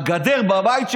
הגדר בבית שלך,